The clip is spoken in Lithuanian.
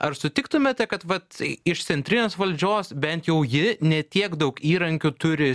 ar sutiktumėte kad vat iš centrinės valdžios bent jau ji ne tiek daug įrankių turi